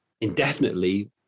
indefinitely